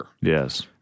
Yes